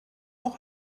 auch